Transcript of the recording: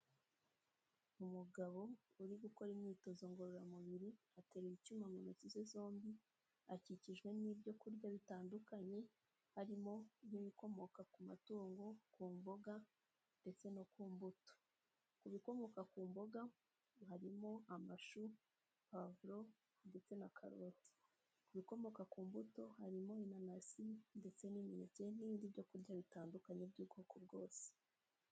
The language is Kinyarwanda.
Umugabo uri gukora imyitozo ngororamubiri ateruye icyuma mu ntoki ze zombi ,akikijwe n'ibyo kurya bitandukanye harimo nk'ibikomoka ku matungo, ku mboga ndetse no ku mbuto. ibikomoka ku mboga harimo amashu, pavuro ndetse na karoti. ibikomoka ku mbuto harimo inanasi ndetse n'imineke n'ibindi byo kurya bitandukanye by'ubwoko bwose.